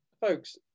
folks